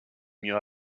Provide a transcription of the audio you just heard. mieux